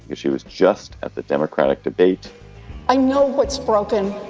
she was just at the democratic debate i know what's broken.